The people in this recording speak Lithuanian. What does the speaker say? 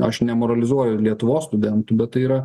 aš nemoralizuoju lietuvos studentų bet tai yra